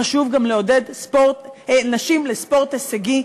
חשוב גם לעודד נשים לספורט הישגי.